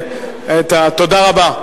תודה רבה.